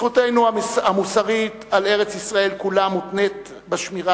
זכותנו המוסרית על ארץ-ישראל כולה מותנית בשמירה